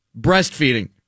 breastfeeding